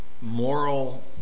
moral